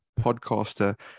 podcaster